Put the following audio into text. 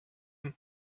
and